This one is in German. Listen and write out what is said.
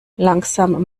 langsam